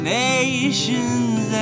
nations